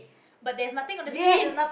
but there's nothing on the screen